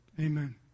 Amen